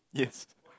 yes